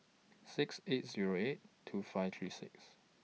six eight Zero eight two five three six